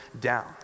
down